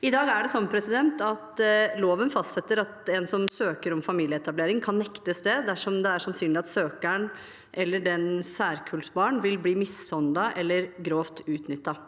I dag er det sånn at loven fastsetter at en som søker om familieetablering, kan nektes det dersom det er sannsynlig at søkeren, eller dennes særkullsbarn, vil bli mishandlet eller grovt utnyttet.